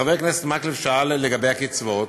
חבר הכנסת מקלב שאל לגבי הקצבאות.